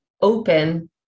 open